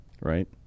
Right